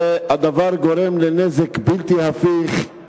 והדבר גורם לנזק בלתי הפיך,